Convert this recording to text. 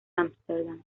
ámsterdam